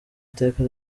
iteka